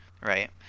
right